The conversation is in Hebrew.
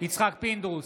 יצחק פינדרוס,